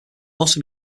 also